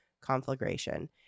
conflagration